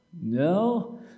no